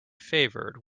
favored